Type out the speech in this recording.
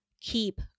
keep